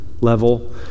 level